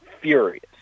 furious